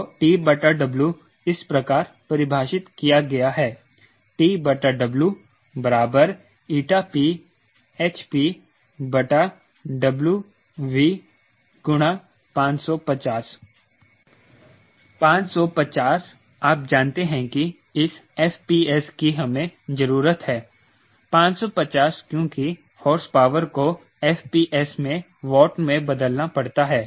तो TW इस प्रकार परिभाषित किया गया है TW PhpW1V 550 550 आप जानते हैं कि इस FPS की हमें जरूरत है 550 क्योंकि हॉर्सपावर को FPS में वॉट में बदलना पड़ता है